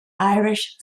irish